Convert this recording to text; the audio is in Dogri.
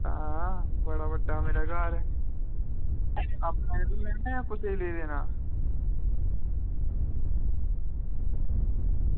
हां बड़ा बड्डा मेरा घर आपूं लैना जां कुसै गी लेई देना